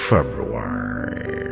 February